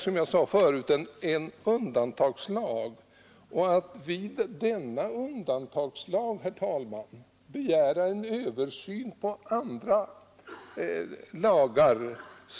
Som jag sade förut är den nu föreslagna lagen en undantagslag.